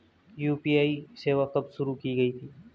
UPI सेवा कब शुरू की गई थी?